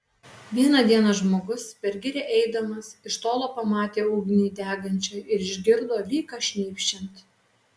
vieną dieną žmogus per girią eidamas iš tolo pamatė ugnį degančią ir išgirdo lyg ką šnypščiant